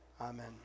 Amen